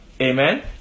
Amen